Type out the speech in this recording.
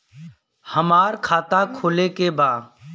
हमार खाता खोले के बा?